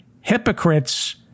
hypocrites